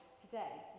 today